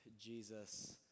Jesus